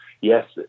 yes